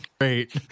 great